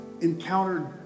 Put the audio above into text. encountered